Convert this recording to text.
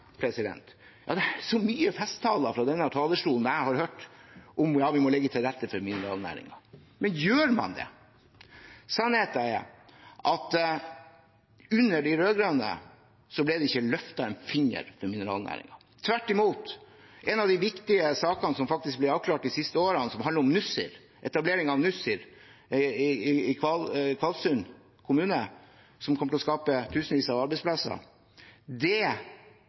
festtaler fra denne talerstolen om at vi må legge til rette for den. Men gjør man det? Sannheten er at det ikke ble løftet en finger for mineralnæringen under de rød-grønne. Tvert imot – en av de viktige sakene som faktisk ble avklart de siste årene, som handler om etableringen av Nussir i Kvalsund kommune, og som kommer til å skape tusenvis av arbeidsplasser, plasserte en Senterparti-statsråd langt nede i skuffen og tok ikke tak i i det